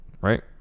Right